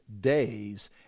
days